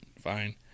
Fine